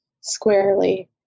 squarely